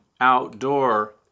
Outdoor